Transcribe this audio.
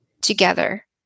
together